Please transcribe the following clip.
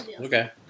Okay